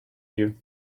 you